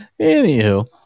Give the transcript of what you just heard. Anywho